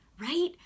right